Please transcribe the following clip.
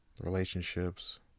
relationships